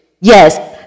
Yes